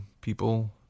people